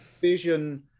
vision